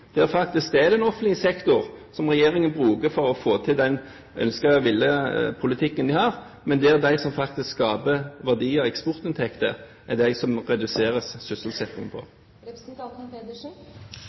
at det faktisk er den offentlige sektor regjeringen bruker for å få til den politikken de ønsker å føre, mens der hvor man faktisk skaper verdier og eksportinntekter, reduserer man sysselsettingen?